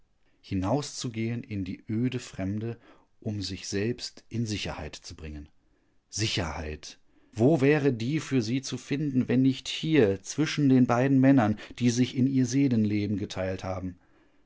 hinauszugehen in die öde fremde um sich selbst in sicherheit zu bringen sicherheit wo wäre die für sie zu finden wenn nicht hier zwischen den beiden männern die sich in ihr seelenleben geteilt haben